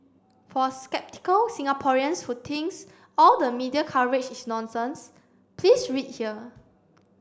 for sceptical Singaporeans who thinks all the media coverage is nonsense please read here